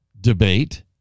debate